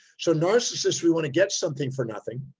so narcissists we want to get something for nothing.